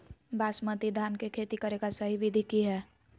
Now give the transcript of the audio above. बासमती धान के खेती करेगा सही विधि की हय?